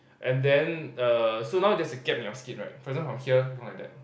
and then err so now there's a gap between in skin right for example from here become like that